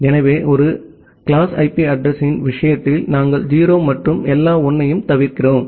எனவே ஒரு class IP அட்ரஸிங்யின் விஷயத்தில் நாம் 0 மற்றும் எல்லா 1 ஐயும் தவிர்க்கிறோம்